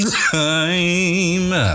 time